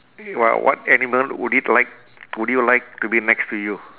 what what animal would it like would you like to be next to you